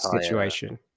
situation